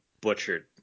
butchered